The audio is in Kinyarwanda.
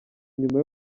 nyuma